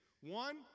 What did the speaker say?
One